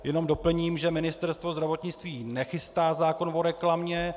Jenom doplním, že Ministerstvo zdravotnictví nechystá zákon o reklamě.